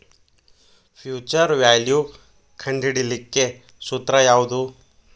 Future value ಕಂಢಿಡಿಲಿಕ್ಕೆ ಸೂತ್ರ ಯಾವ್ದು?